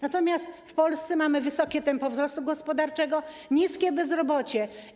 Natomiast w Polsce mamy wysokie tempo wzrostu gospodarczego i niskie bezrobocie.